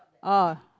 oh